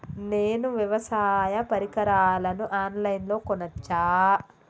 నేను వ్యవసాయ పరికరాలను ఆన్ లైన్ లో కొనచ్చా?